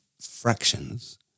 fractions